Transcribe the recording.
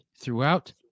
throughout